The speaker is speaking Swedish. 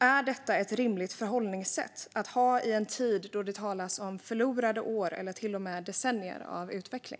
Är detta ett rimligt förhållningssätt i en tid då det talas om förlorade år, eller till och med decennier, av utveckling?